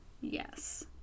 Yes